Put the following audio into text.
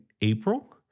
April